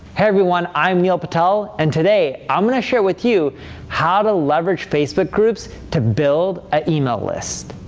everyone. i'm neil patel, and today i'm gonna share with you how to leverage facebook groups to build an email list.